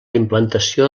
implantació